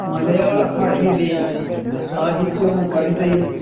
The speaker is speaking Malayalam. മലയാള ഭാഷയിലെ സാഹിത്യവും കവിതയും